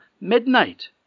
Midnight